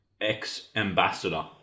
Ex-ambassador